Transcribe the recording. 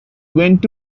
went